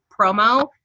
promo